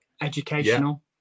Educational